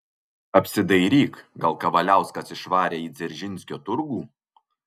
apsidairyk gal kavaliauskas išvarė į dzeržinskio turgų